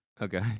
Okay